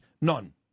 None